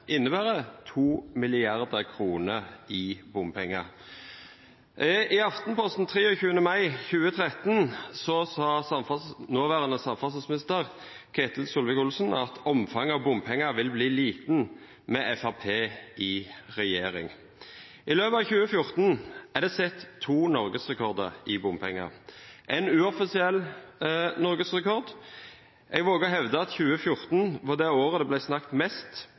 innebærer 2 mrd. kr i bompenger. I Aftenposten 23. mai 2013 sa nåværende samferdselsminister, Ketil Solvik-Olsen: «Omfanget av bompenger vil bli liten med Frp i regjering.» I løpet av 2014 er det satt to norgesrekorder i bompenger – én uoffisiell norgesrekord. Jeg våger å hevde at 2014 var det året det ble snakket – snakket – mest